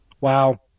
wow